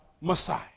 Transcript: Messiah